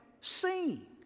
seen